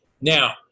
Now